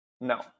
No